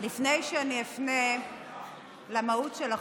לפני שאפנה למהות של החוק,